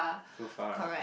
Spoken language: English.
so far